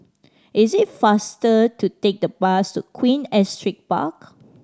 is it faster to take the bus to Queen Astrid Park